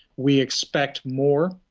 we expect more,